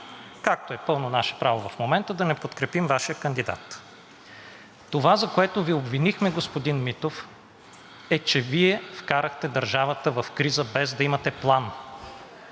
както е пълно наше право в момента да не подкрепим Вашия кандидат. Това, за което Ви обвинихме, господин Митов, е, че Вие вкарахте държавата в криза, без да имате план